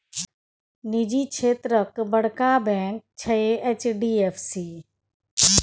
निजी क्षेत्रक बड़का बैंक छै एच.डी.एफ.सी